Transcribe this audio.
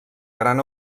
gran